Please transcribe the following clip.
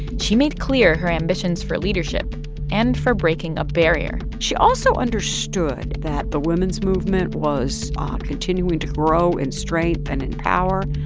she made clear her ambitions for leadership and for breaking a barrier she also understood that the women's movement was ah continuing to grow in strength and in power.